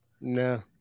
No